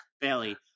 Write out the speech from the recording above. Bailey